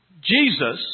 Jesus